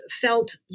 felt